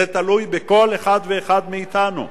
זה תלוי בכל אחד ואחד מאתנו,